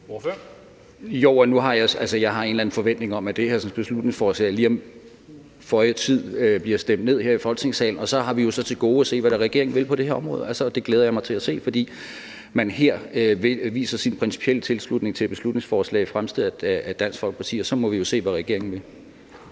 eller anden forventning om, at det her beslutningsforslag om føje tid bliver stemt ned her i Folketingssalen. Og så har vi jo så til gode at se, hvad regeringen vil på det her område. Og det glæder jeg mig til at se, fordi man her viser sin principielle tilslutning til et beslutningsforslag fremsat af Dansk Folkeparti. Og så må vi jo se, hvad regeringen vil.